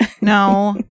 No